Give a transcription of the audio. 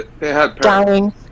dying